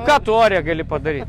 ką tu ore gali padaryt